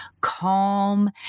calm